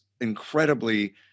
incredibly